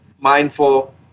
mindful